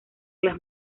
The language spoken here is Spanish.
las